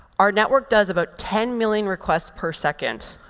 our network does about ten million requests per second.